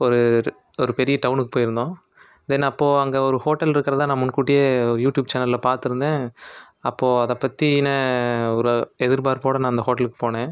ஒரு ஒரு ஒரு பெரிய டவுனுக்கு போயிருந்தோம் தென் அப்போ அங்கே ஒரு ஹோட்டல் இருக்குறதாக நான் முன்கூட்டியே ஒரு யூடியூப் சேனலில் பார்த்துருந்தேன் அப்போ அதை பற்றின ஒரு எதிர்பார்ப்போட நான் அந்த ஹோட்டலுக்கு போனேன்